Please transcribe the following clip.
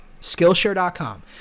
Skillshare.com